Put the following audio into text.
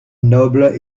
noble